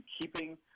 keeping